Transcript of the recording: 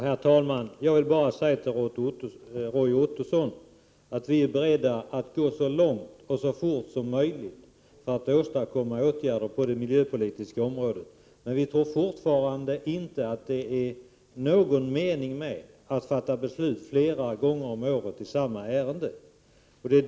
Herr talman! Jag vill säga till Roy Ottosson att vi är beredda att gå så långt och så fort som möjligt för att verkligen åstadkomma åtgärder på det miljöpolitiska området. Men vi tror fortfarande inte att det är någon mening med att fatta beslut flera gånger om året i samma ärende.